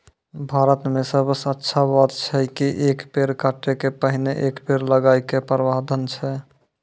भारत मॅ सबसॅ अच्छा बात है छै कि एक पेड़ काटै के पहिने एक पेड़ लगाय के प्रावधान छै